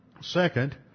Second